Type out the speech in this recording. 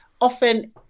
often